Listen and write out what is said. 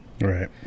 Right